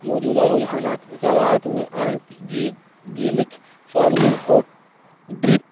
موجودہ رجحانات زراعت میں آرگینک آرگینک فارمنگ اور ڈرپ